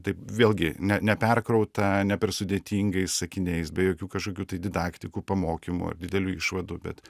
tai vėlgi ne neperkrauta ne per sudėtingais sakiniais be jokių kažkokių tai didaktikų pamokymų a didelių išvadų bet